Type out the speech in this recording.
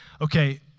Okay